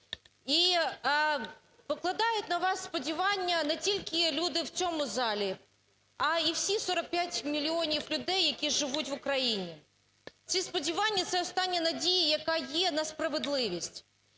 І покладають на вас сподівання не тільки люди в цьому залі, а і всі 45 мільйонів людей, які живуть в Україні. Ці сподівання – це остання надія, яка є, на справедливість.